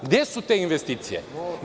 Gde su te investicije?